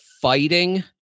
fighting